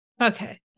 Okay